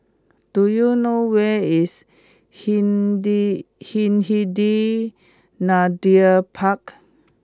do you know where is Hindi Hindhede Park